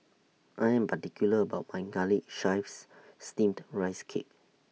I Am particular about My Garlic Chives Steamed Rice Cake